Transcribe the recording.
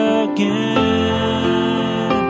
again